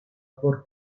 por